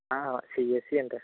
ఆ CSE interest ఉంది sir